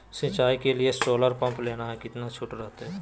सिंचाई के लिए सोलर पंप लेना है कितना छुट रहतैय?